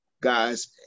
guys